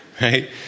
right